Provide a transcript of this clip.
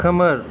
खोमोर